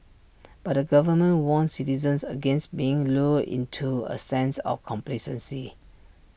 but the government warned citizens against being lulled into A sense of complacency